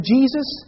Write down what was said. Jesus